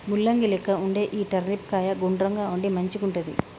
ముల్లంగి లెక్క వుండే ఈ టర్నిప్ కాయ గుండ్రంగా ఉండి మంచిగుంటది